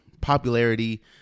Popularity